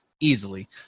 easily